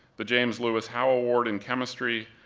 the james lewis howe award in chemistry,